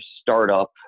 startup